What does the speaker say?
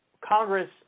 Congress